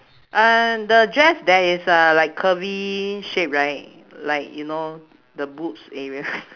err the dress there is a like curvy shape right like you know the boobs area